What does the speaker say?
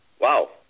Wow